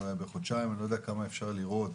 בחודשיים אני לא יודע כמה אפשר לראות.